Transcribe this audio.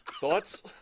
Thoughts